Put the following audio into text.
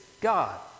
God